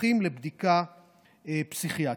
אזרחים לבדיקה פסיכיאטרית.